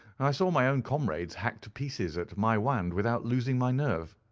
i saw my own comrades hacked to pieces at maiwand without losing my nerve.